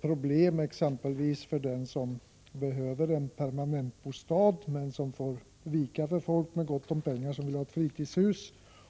problem som kan uppstå t.ex. för de människor i vanliga inkomstlägen som behöver en permanent bostad men som får vika för folk med gott om pengar som vill ha ett fritidshus.